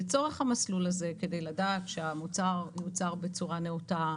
לצורך המסלול הזה כדי לדעת שהמוצר יוצר בצורה נאותה,